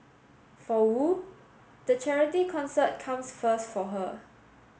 for Wu the charity concert comes first for her